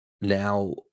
now